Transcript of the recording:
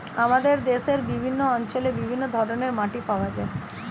আমাদের দেশের বিভিন্ন অঞ্চলে বিভিন্ন ধরনের মাটি পাওয়া যায়